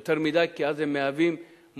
יותר מדי, כי אז הם מהווים מוקד,